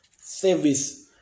service